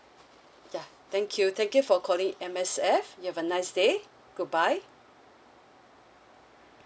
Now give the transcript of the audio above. yeah thank you thank you for calling M_S_F you have a nice day goodbye